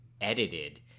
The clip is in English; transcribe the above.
edited